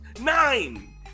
nine